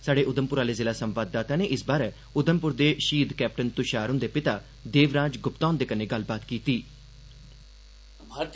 स्हाड़े उधमपुर आह्ले जिला संवाददाता नै इस बारै उधमपुर दे शहीद कैप्टन तुषार हुंदे पिता देव राज गुप्ता हुंदे कन्नै गल्ल कीती